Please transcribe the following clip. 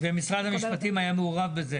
--- ומשרד המשפטים היה מעורב בזה?